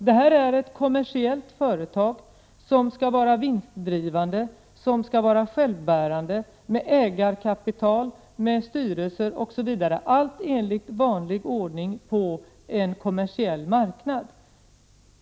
Det här är ett kommersiellt företag som skall vara vinstgivande och självbärande — med ägarkapital, styrelse osv., allt enligt vanlig ordning på en kommersiell marknad.